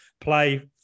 play